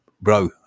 bro